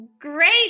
Great